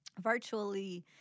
virtually